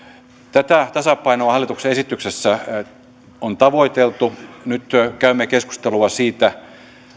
tätä tasapainoa hallituksen esityksessä on tavoiteltu nyt käymme keskustelua siitä